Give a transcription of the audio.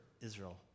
Israel